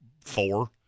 four